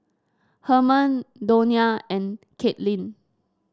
Herman Donia and Kaitlin